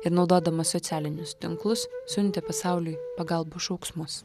ir naudodama socialinius tinklus siuntė pasauliui pagalbos šauksmus